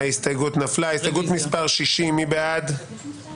(הישיבה נפסקה בשעה 11:05 ונתחדשה בשעה 11:35.)